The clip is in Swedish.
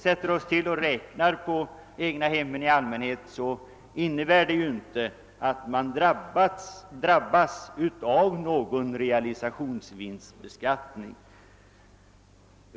Sätter man sig ned och räknar på egnahemmen i allmänhet, finner man att de inte drabbas av någon realisationsvinstbeskattning.